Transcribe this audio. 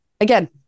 again